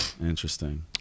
Interesting